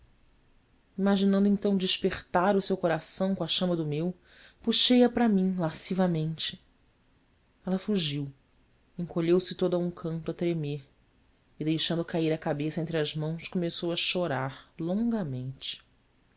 imaginando então despertar o seu coração com a chama do eu puxei a para mim lascivamente ela fugiu encolheu se toda a um canto a tremer e deixando cair a cabeça entre as mãos começou a chorar longamente